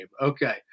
Okay